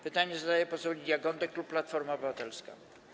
Pytanie zadaje poseł Lidia Gądek, klub Platforma Obywatelska.